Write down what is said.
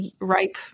Ripe